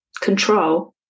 control